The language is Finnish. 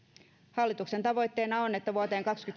hallituksen tavoitteena on että vuoteen